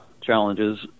challenges